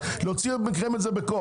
להוציא את זה מכם בכוח.